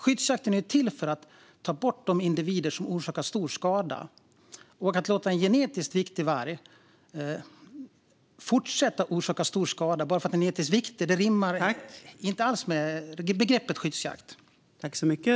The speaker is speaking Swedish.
Skyddsjakten är till för att ta bort de individer som orsakar stor skada. Att låta en genetiskt viktig varg fortsätta orsaka stor skada bara för att den är genetiskt viktig rimmar inte alls med begreppet skyddsjakt.